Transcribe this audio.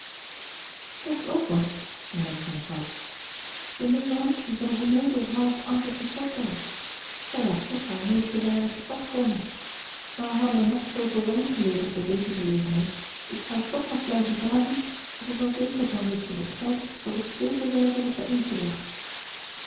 egt ook wat hernam zijn vrouw de leverantie van een onnoozel half ankertje portwijn zij laat toch haar meesten wijn uit de stad komen maar al hadden wij nog zooveel wijn geleverd bij deze gelegenheid ik zou toch nog blijven vragen of er wel zegen kan rusten op geld dat op zulke wijze wordt